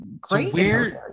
great